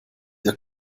ihr